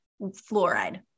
fluoride